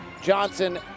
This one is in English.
Johnson